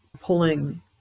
pulling